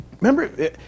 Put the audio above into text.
remember